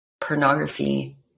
pornography